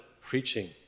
preaching